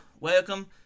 Welcome